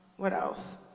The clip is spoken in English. what else?